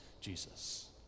Jesus